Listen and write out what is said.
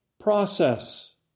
process